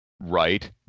Right